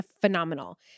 phenomenal